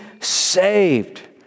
saved